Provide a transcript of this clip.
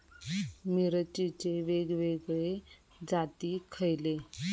मिरचीचे वेगवेगळे जाती खयले?